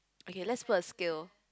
okay let's put a scale